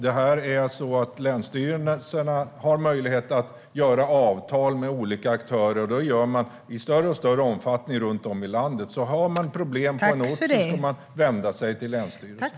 De har möjlighet att träffa avtal med olika aktörer, och det sker i allt större omfattning runt om i landet. Om man har problem på en ort ska man vända sig till länsstyrelsen.